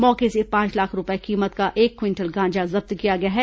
मौके से पांच लाख रूपये कीमत का एक क्विंटल गांजा जब्त किया गया है